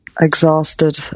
Exhausted